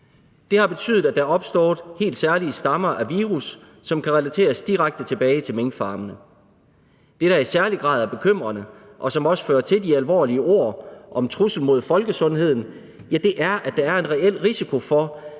Det har betydet, at der er opstået helt særlige stammer af virus, som kan relateres direkte tilbage til minkfarmene. Det, der i særlig grad er bekymrende, og som også fører til de alvorlige ord »trussel mod folkesundheden«, er, at der er en reel risiko for,